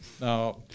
Now